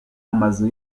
amazu